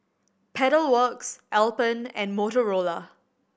Pedal Works Alpen and Motorola